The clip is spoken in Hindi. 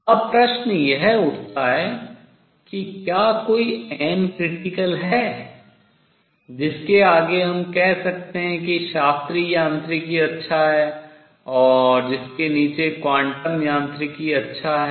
अब प्रश्न यह उठता है कि क्या कोई है जिसके आगे हम कह सकते हैं कि शास्त्रीय यांत्रिकी अच्छा है और जिसके नीचे क्वांटम यांत्रिकी अच्छा है